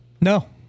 No